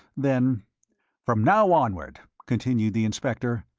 then from now onward, continued the inspector,